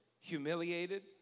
humiliated